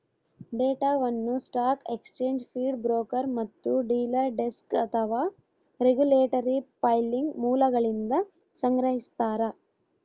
ಡೇಟಾವನ್ನು stock exchange feed broker ಮತ್ತು dealer desk ಅಥವಾ ರೆಗ್ಯುಲೇಟರಿ ಫೈಲಿಂಗ್ ಮೂಲಗಳಿಂದ ಸಂಗ್ರಹಿಸ್ತಾರ